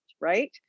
right